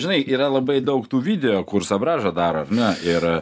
žinai yra labai daug tų video kur sabražą daro na ir